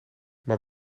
maar